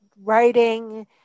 writing